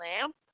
lamp